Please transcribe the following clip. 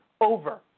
over